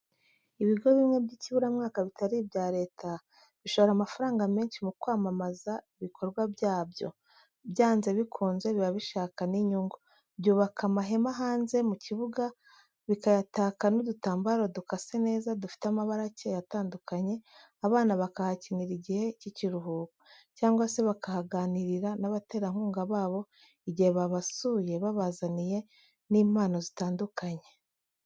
Ibigo bimwe by'ikiburamwaka bitari ibya Leta bishora amafaranga menshi mu kwamamaza ibikorwa byabyo, byanze bikunze biba bishaka n'inyungu, byubaka amahema hanze mu kibuga, bikayataka n'udutambaro dukase neza, dufite amabara akeye atandukanye, abana bakahakinira igihe cy'ikiruhuko, cyangwa se bakahaganirira n'abaterankunga babo igihe babasuye, babazaniye n'impano zitandukanye.